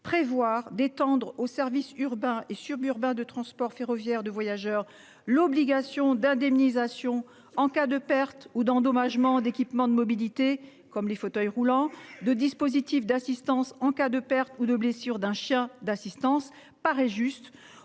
prévoir d'étendre aux services urbains et suburbains de transport ferroviaire de voyageurs l'obligation d'indemnisation en cas de perte ou d'endommagement d'équipements de mobilité comme les fauteuils roulants de dispositifs d'assistance en cas de perte ou de blessures d'un chien d'assistance paraît juste.